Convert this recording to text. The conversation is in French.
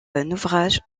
naufrage